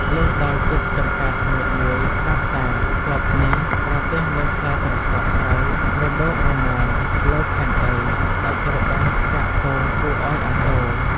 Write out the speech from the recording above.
លុះដល់ជិតចំការស្ងួតមួយស្រាប់តែទ័ពនេះ ប្រទះនឹងផ្លែត្រសក់ស្រូវរដូករណែលលើផែនដី ដាច់របេះចាកទងគួរឱ្យអាសូរ ។